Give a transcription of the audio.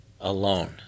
alone